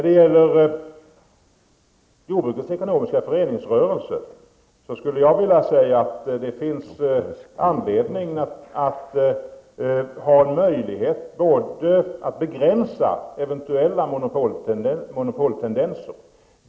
Beträffande jordbrukets ekonomiska föreningsrörelse finns det enligt min mening anledning att ha möjlighet att begränsa eventuella monopoltendenser.